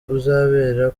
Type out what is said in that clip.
uzabera